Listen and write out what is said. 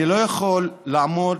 אני לא יכול לעמוד